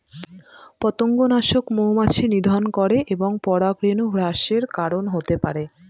পতঙ্গনাশক মৌমাছি নিধন করে এবং পরাগরেণু হ্রাসের কারন হতে পারে